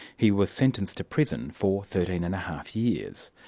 he was sentenced to prison for thirteen and a half years.